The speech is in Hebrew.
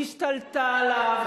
השתלטה עליו,